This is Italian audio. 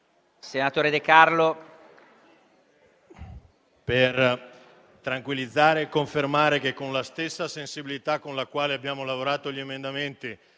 intervengo per tranquillizzare e confermare che, con la stessa sensibilità con la quale abbiamo lavorato agli emendamenti